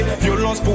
violence